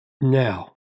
Now